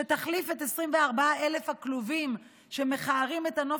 שתחליף את 24,000 הכלובים שמכערים את הנוף